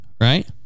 right